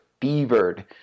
fevered